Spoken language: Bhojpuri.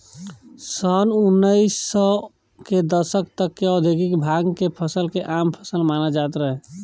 सन उनऽइस सौ के दशक तक ले औधोगिक भांग के फसल के आम फसल मानल जात रहे